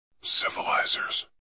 Civilizers